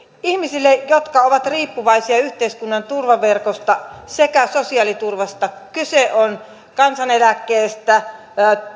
ihmisille jotka ovat riippuvaisia yhteiskunnan turvaverkosta sekä sosiaaliturvasta kyse on kansaneläkkeestä